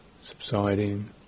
subsiding